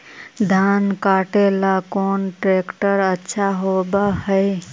धान कटे ला कौन ट्रैक्टर अच्छा होबा है?